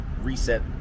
reset